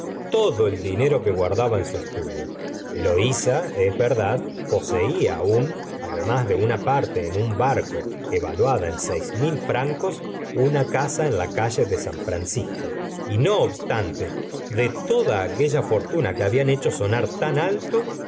todo el dinero que guardaba en su estudio eloísa es verdad poseía aún además de una parte en un barco evaluada en seis mil francos una casa en la calle de san francisco y no obstante de toda aquella fortuna que habían hecho sonar tan alto